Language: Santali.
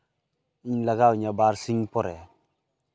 ᱤᱧ ᱞᱟᱜᱟᱣ ᱤᱧᱟᱹ ᱵᱟᱨ ᱥᱤᱧ ᱯᱚᱨᱮ